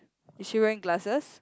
is she wearing glasses